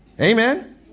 Amen